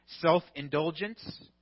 self-indulgence